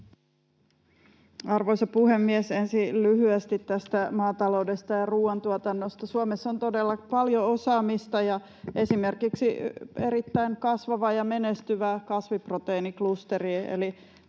Arvoisa puhemies! Ensin lyhyesti maataloudesta ja ruoantuotannosta. Suomessa on todella paljon osaamista ja esimerkiksi erittäin kasvava ja menestyvä kasviproteiiniklusteri,